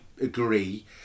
agree